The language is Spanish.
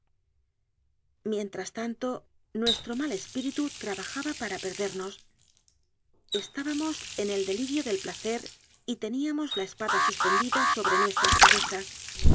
mientras tanto nuestro mal espíritu trabajaba para perdernos estábamos en el delirio del placer y teníamos la espada suspendida sobre nuestras cabezas